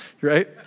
right